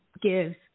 gives